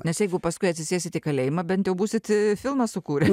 nes jeigu paskui atsisėsit į kalėjimą bent jau būsit filmą sukūrę